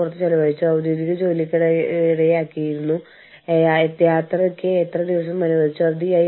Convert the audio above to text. ബാലവേല നിർബന്ധിത തൊഴിൽ എന്നിവയ്ക്കെതിരായ നിരോധനം